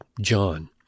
John